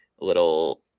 little